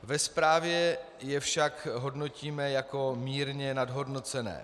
Ve zprávě je však hodnotíme jako mírně nadhodnocené.